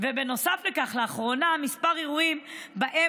ובנוסף לכך, לאחרונה היו כמה